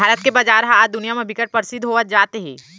भारत के बजार ह आज दुनिया म बिकट परसिद्ध होवत जात हे